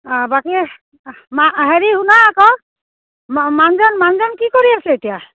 অঁ বাকী মা হেৰি শুনা আকৌ মানহজন মানুহজন কি কৰি আছে এতিয়া